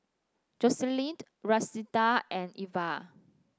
Joselin Rashida and Iva